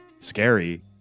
scary